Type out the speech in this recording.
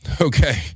Okay